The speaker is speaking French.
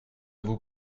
vous